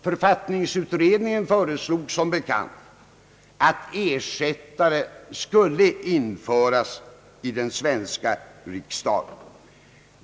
Författningsutredningen föreslog som bekant att ersättare skulle införas i den svenska riksdagen.